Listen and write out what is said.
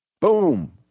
boom